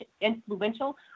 influential